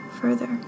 further